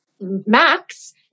max